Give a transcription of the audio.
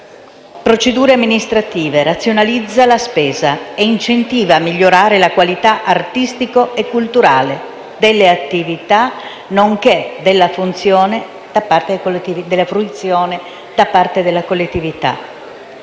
procedure amministrative, razionalizza la spesa e incentiva a migliorare la qualità artistico-culturale delle attività, nonché della fruizione da parte della collettività.